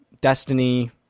destiny